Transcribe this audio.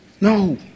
No